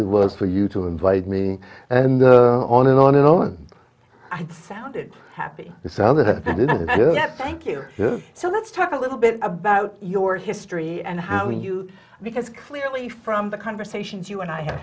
it was for you to invite me and on and on and on i sounded happy it sounded a thank you so let's talk a little bit about your history and how we knew because clearly from the conversations you and i have